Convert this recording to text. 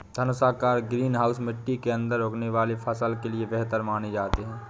धनुषाकार green house मिट्टी के अंदर उगने वाले फसल के लिए बेहतर माने जाते हैं